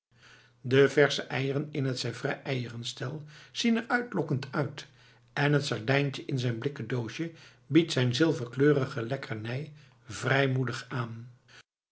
de versche eieren in het sèvres eierenstel zien er uitlokkend uit en het sardijntje in zijn blikken doosje biedt zijn zilverkleurige lekkernij vrijmoedig aan